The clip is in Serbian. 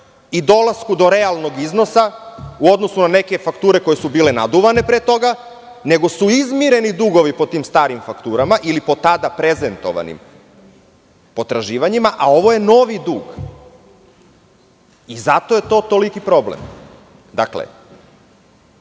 i dolaska do realnog iznosa, u odnosu na neke fakture koje su bile naduvane pre toga, nego su izmireni dugovi po tim starim fakturama ili po tada prezentovanim potraživanjima, a ovo je novi dug. Zato je to toliki problem. Da li